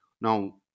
Now